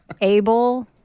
able